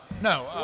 no